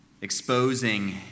exposing